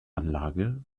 anlage